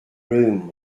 room